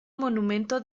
monumento